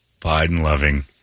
Biden-loving